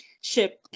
ship